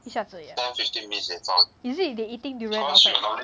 一下子而已 ah is it they eating durian outside